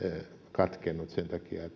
katkennut sen takia